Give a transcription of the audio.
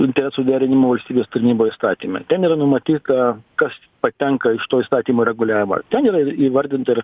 interesų derinimo valstybės tarnyboj įstatyme ten yra numatyta kas patenka iš to įstatymo reguliavimo ten yra įvardinta ir